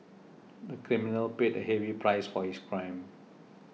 the criminal paid a heavy price for his crime